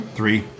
three